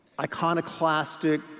iconoclastic